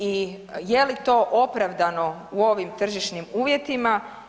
I je li to opravdano u ovim tržišnim uvjetima?